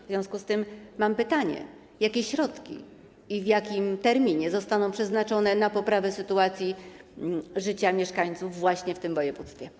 W związku z tym mam pytanie: Jakie środki i w jakim terminie zostaną przeznaczone na poprawę sytuacji, życia mieszkańców właśnie w tym województwie?